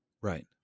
right